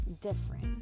different